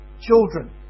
children